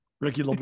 Ricky